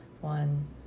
one